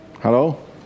Hello